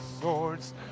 swords